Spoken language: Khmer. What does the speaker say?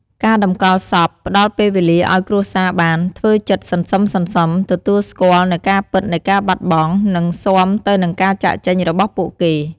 ការតម្កល់សពផ្តល់ពេលវេលាឱ្យគ្រួសារបាន ធ្វើចិត្តសន្សឹមៗ ទទួលស្គាល់នូវការពិតនៃការបាត់បង់ និងស៊ាំទៅនឹងការចាកចេញរបស់ពួកគេ។